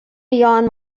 beyond